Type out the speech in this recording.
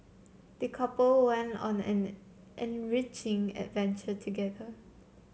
the couple went on an enriching adventure together